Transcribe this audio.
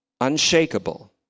unshakable